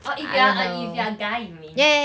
orh if you are a if you are a guy you mean